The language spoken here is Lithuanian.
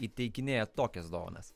įteikinėja tokias dovanas